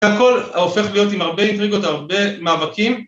הכל הופך להיות עם הרבה אינטריגיות, הרבה מאבקים.